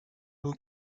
who